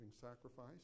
sacrifice